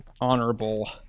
honorable